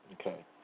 Okay